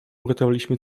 uratowaliśmy